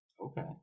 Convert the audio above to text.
Okay